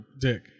dick